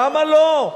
למה לא?